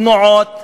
תנועות,